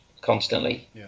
constantly